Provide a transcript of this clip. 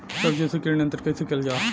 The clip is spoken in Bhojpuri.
सब्जियों से कीट नियंत्रण कइसे कियल जा?